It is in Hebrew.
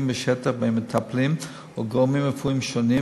בשטח בין מטפלים או גורמים רפואיים שונים,